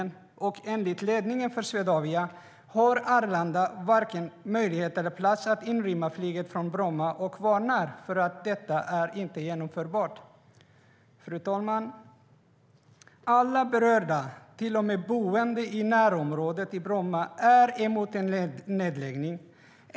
Enligt ledningen för Swedavia har Arlanda varken möjlighet eller plats att inrymma flyget från Bromma, och de varnar för att det inte är genomförbart. Fru talman! Alla berörda, till och med boende i närområdet i Bromma, är emot en nedläggning.